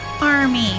Army